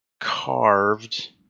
carved